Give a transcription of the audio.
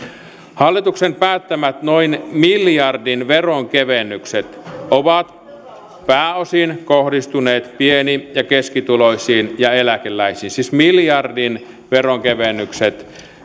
hallituksen päättämät noin miljardin veronkevennykset ovat pääosin kohdistuneet pieni ja keskituloisiin ja eläkeläisiin siis miljardin veronkevennykset